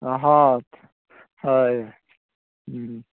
ହଁ ହାଏ ହୁଁ